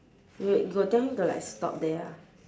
w~ you got tell him to like stop there ah